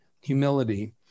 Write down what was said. humility